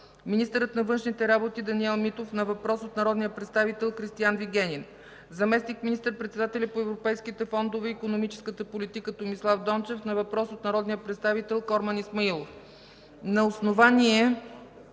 министърът на външните работи Даниел Митов – на въпрос от народния представител Кристиан Вигенин; - заместник министър-председателят по европейските фондове и икономическата политика Томислав Дончев – на въпрос от народния представител Корман Исмаилов.